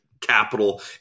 capital